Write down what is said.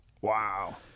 Wow